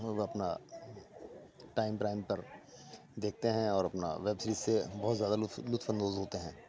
لوگ اپنا time Prime پر دیکھتے ہیں اور اپناویب سیریز سے بہت زیادہ لطف لطف اندوز ہوتے ہیں